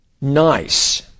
nice